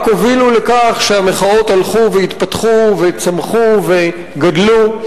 הובילו לכך שהמחאות הלכו והתפתחו וצמחו וגדלו.